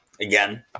Again